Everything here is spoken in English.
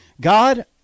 God